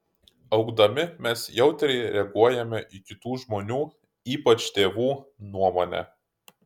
augdami mes jautriai reaguojame į kitų žmonių ypač tėvų nuomonę